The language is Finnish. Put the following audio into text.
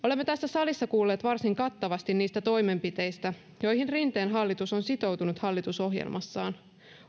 olemme tässä salissa kuulleet varsin kattavasti niistä toimenpiteistä joihin rinteen hallitus on sitoutunut hallitusohjelmassaan